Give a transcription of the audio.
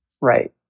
Right